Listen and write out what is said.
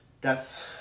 death